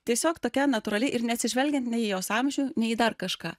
tiesiog tokia natūrali ir neatsižvelgiant nei į jos amžių nei į dar kažką